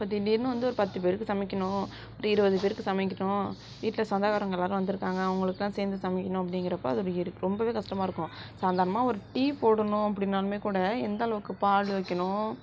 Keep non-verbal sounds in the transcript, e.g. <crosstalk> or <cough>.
இப்போ திடீர்னு வந்து ஒரு பத்து பேருக்கு சமைக்கணும் <unintelligible> இருபது பேருக்கு சமைக்கணும் வீட்டில் சொந்தக்காரங்க எல்லோரும் வந்திருக்காங்க அவங்களுக்குலாம் சேர்ந்து சமைக்கணும் அப்பட்டிங்குறப்ப அது <unintelligible> ரொம்பவே கஷ்டமாக இருக்கும் சாதாரணமாக ஒரு டீ போடணும் அப்படினாலுமே கூட எந்த அளவுக்கு பால் வைக்கணும்